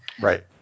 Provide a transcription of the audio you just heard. Right